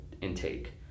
intake